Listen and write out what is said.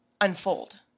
unfold